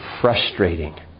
frustrating